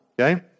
Okay